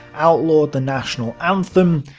outlawed the national anthem,